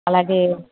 అలాగే